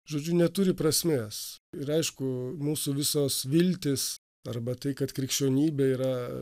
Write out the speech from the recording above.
žodžiu neturi prasmės ir aišku mūsų visos viltys arba tai kad krikščionybė yra